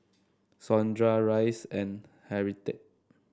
Sondra Rhys and Harriette